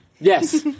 Yes